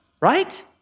right